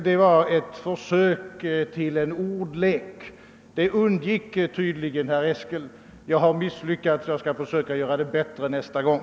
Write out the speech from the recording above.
De utgjorde ett försök till en ordlek, vilket tydligen undgick herr Eskel. Jag har misslyckats — jag skall försöka uttrycka mig bättre nästa gång.